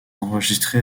enregistré